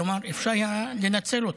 כלומר, אפשר היה לנצל אותן,